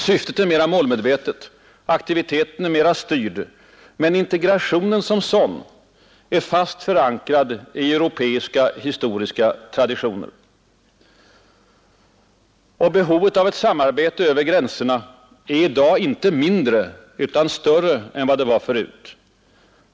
Syftet är mera målmedvetet, aktiviteten mera styrd, men integrationen som sådan är fast förankrad i europeiska historiska traditioner. Och behovet av ett samarbete över gränserna är i dag inte mindre utan större än förut.